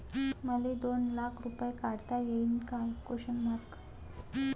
मले दोन लाख रूपे काढता येईन काय?